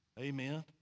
Amen